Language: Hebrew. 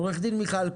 עורכת דין מיכל כהן,